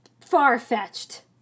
far-fetched